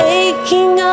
aching